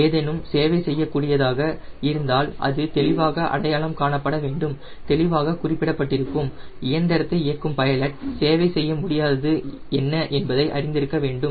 ஏதேனும் சேவை செய்யமுடியாததாக இருந்தால் அது தெளிவாக அடையாளம் காணப்பட வேண்டும் தெளிவாகக் குறிப்பிடப்பட்டிருக்கும் இயந்திரத்தை இயக்கும் பைலட் சேவை செய்ய முடியாதது என்ன என்பதை அறிந்திருக்க வேண்டும்